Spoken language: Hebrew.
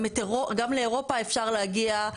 גם לאירופה אפשר להגיע,